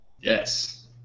Yes